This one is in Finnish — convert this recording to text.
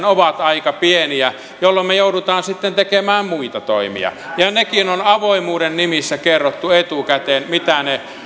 ovat aika pieniä jolloin me joudumme sitten tekemään muita toimia ja sekin on avoimuuden nimissä kerrottu etukäteen mitä ne